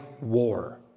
War